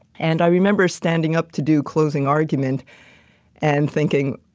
and i remember standing up to do closing argument and thinking,